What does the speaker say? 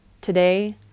today